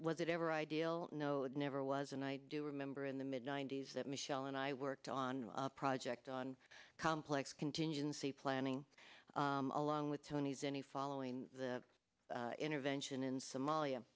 was it ever ideal no never was and i do remember in the mid ninety's that michelle and i worked on a project on complex contingency planning along with tony zinni following the intervention in somalia